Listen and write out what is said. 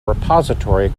repository